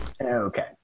Okay